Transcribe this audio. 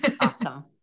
Awesome